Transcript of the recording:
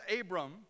Abram